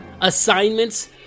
assignments